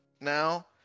now